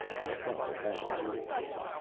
he felt around curiously.